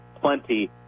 plenty